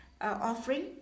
offering